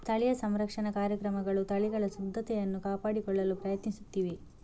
ಸ್ಥಳೀಯ ಸಂರಕ್ಷಣಾ ಕಾರ್ಯಕ್ರಮಗಳು ತಳಿಗಳ ಶುದ್ಧತೆಯನ್ನು ಕಾಪಾಡಿಕೊಳ್ಳಲು ಪ್ರಯತ್ನಿಸುತ್ತಿವೆ